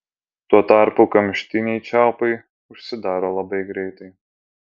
tuo tarpu kamštiniai čiaupai užsidaro labai greitai